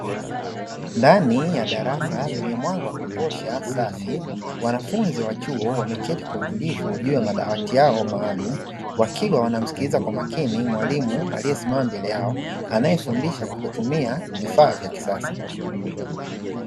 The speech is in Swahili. Ndani ya darasa lenye mwanga wa kutosha safi, wanafunzi wa chuo wameketi kwa utulivu juu ya madawati yao maalumu, wakiwa wanamsikiliza kwa makini mwalimu aliyesimama mbele yao anayefundisha kwa kutumia vifaa vya kisasa.